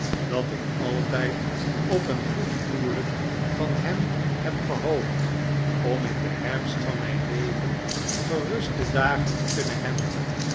dat ik altijd op een goed huwehjk van hem heb gehoopt om in den herfst van mijn leven geruste dagen te kunnen hebben